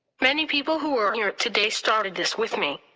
many people who are here today started this with me.